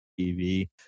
tv